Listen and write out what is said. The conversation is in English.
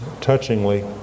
touchingly